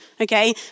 okay